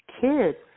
kids